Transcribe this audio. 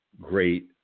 great